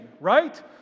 right